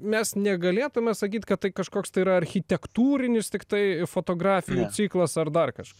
mes negalėtume sakyt kad tai kažkoks tai yra architektūrinis tiktai fotografijų ciklas ar dar kažkas